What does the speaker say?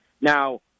Now